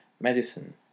medicine